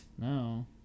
no